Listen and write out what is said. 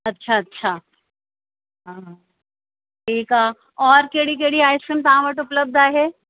अच्छा अच्छा ठीकु आहे और कहिड़ी कहिड़ी आइस्क्रीम तव्हां वटि उपलब्ध आहे